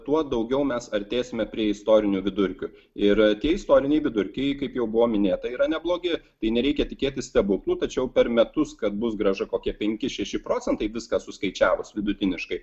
tuo daugiau mes artėsime prie istorinių vidurkių ir tie istoriniai vidurkiai kaip jau buvo minėta yra neblogi tai nereikia tikėtis stebuklų tačiau per metus kad bus grąža kokie penki šeši procentai viską suskaičiavus vidutiniškai